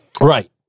Right